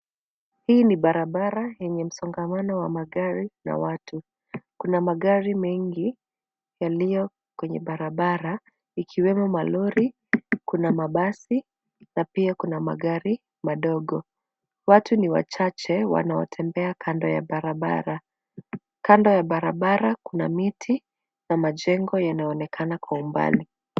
Hii ni barabara yenye msongamano wa magari na watu. Kuna magari mengi yaliyo kwenye barabara ikiwemo malori, kuna mabasi na pia kuna magari madogo. Watu ni wachache wanaotembea kando ya barabara. Kando ya barabara kuna miti na majengo yanaonekana kwa umbali.